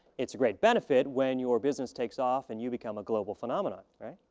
it's a great benefit when your business takes off and you become a global phenomenon, right?